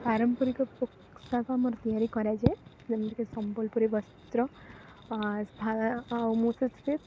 ପାରମ୍ପରିକ ପୋଷାକ ଆମର ତିଆରି କରାଯାଏ ଯେମିତିକି ସମ୍ବଲପୁରୀ ବସ୍ତ୍ର ମୁଁ ସେଥିରେ